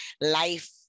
life